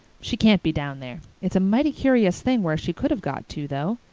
she can't be down there. it's a mighty curious thing where she could have got to, though.